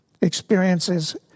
experiences